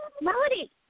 Melody